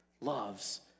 loves